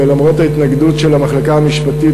ולמרות ההתנגדות של המחלקה המשפטית,